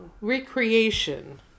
recreation